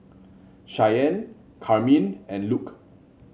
Cheyanne Carmine and Luc